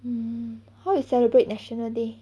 mm how you celebrate national day